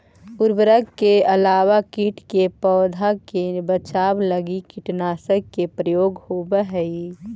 उर्वरक के अलावा कीट से पौधा के बचाव लगी कीटनाशक के प्रयोग होवऽ हई